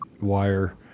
wire